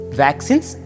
vaccines